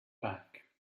back